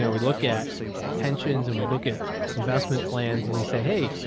yeah we look at pensions and we look at investment plans and you say, hey,